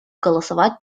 голосовать